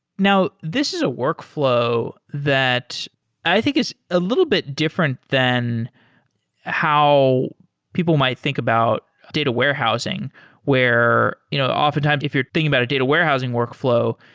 now this is a workflow that i think is a little bit different than how people might think about data warehousing where you know oftentimes if you're thinking about a data warehousing workflow,